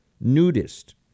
nudist